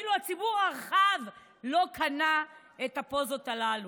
ואפילו הציבור הרחב לא קנה את הפוזות הללו.